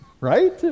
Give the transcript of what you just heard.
right